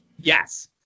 Yes